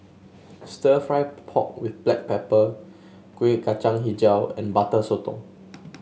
stir fry pork with Black Pepper Kueh Kacang hijau and Butter Sotong